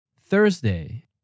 Thursday